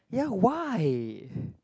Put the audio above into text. ya why